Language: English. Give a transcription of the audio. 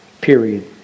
Period